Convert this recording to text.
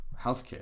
healthcare